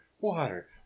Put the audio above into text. water